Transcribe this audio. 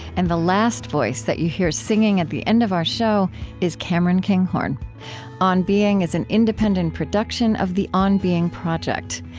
and the last voice that you hear singing at the end of our show is cameron kinghorn on being is an independent production of the on being project.